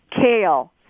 kale